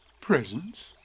presents